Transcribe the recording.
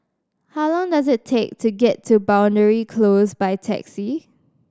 how long does it take to get to Boundary Close by taxi